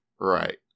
right